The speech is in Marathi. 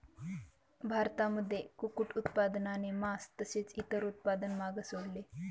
भारतामध्ये कुक्कुट उत्पादनाने मास तसेच इतर उत्पादन मागे सोडले